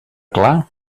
clar